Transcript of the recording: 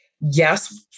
Yes